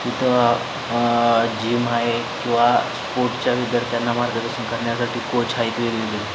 तिथं जिम आहे किंवा स्पोर्टच्या विद्यार्थ्यांना मार्गदर्शन करण्यासाठी कोच आहेत वेगवेगळे